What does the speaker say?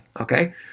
okay